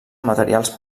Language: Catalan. materials